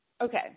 okay